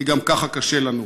כי גם ככה קשה לנו.